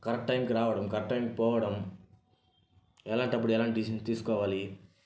correct టైంకి రావడం correct టైంకి పోవడం ఎలాటప్పుడు ఎలాంటి డెసిషన్స్ తీసుకోవాలి